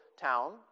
town